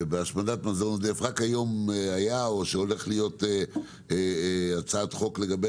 בהשמדת מזון עודף רק היום הייתה או הולכת להיות הצעת חוק לגבי